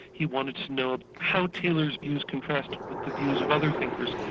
he wanted to know how taylor's views contrasted with the views of other thinkers,